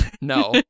No